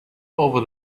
over